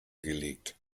gelegt